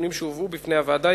מנתונים שהובאו בפני הוועדה,